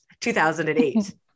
2008